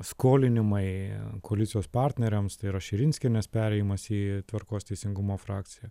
skolinimai koalicijos partneriams tai yra širinskienės perėjimas į tvarkos teisingumo frakciją